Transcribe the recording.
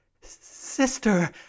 sister